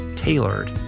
tailored